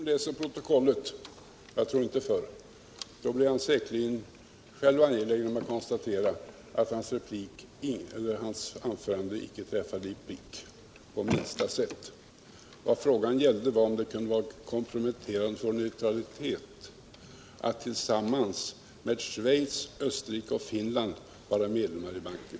Herr talman! När Mats Hellström läser protokollet, jag tror inte förr, kan han säkerligen konstatera att hans anförande icke träffade prick. Vad frågan gällde var om det kunde vara komprometterande för vår neutralitet att tillsammans med Schweiz, Österrike och Finland vara medlem i banken.